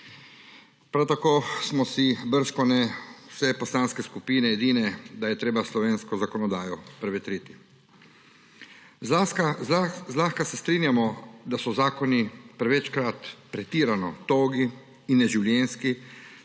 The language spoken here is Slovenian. Prav tako smo si bržkone vse poslanske skupine edine, da je treba slovensko zakonodajo prevetriti. Zlahka se strinjamo, da so zakoni prevečkrat pretirano togi in neživljenjski,